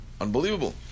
Unbelievable